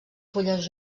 fulles